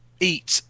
eat